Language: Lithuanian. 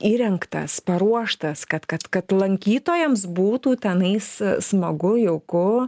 įrengtas paruoštas kad kad kad lankytojams būtų tenais smagu jauku